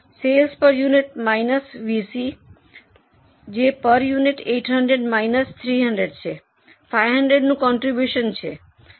cells per unit minus VC જે per unit 800 minus 300 છે 500 નું કોન્ટ્રીબ્યુશનથી છે